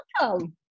welcome